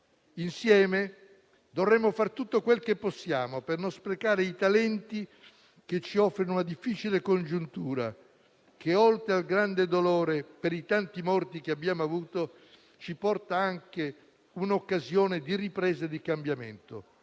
Insieme dovremo fare tutto quel che possiamo per non sprecare i talenti che ci offre una difficile congiuntura che, oltre al grande dolore per i tanti morti che abbiamo avuto, ci porta anche un'occasione di ripresa e di cambiamento.